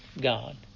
God